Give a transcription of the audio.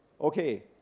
okay